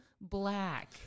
black